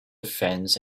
fence